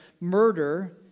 murder